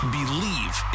Believe